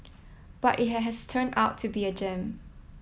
but it has has turned out to be a gem